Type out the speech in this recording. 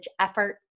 effort